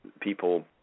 people –